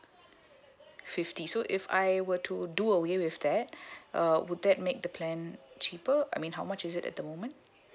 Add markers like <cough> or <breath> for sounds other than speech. fifty so if I were to do away with that <breath> uh would that make the plan cheaper I mean how much is it at the moment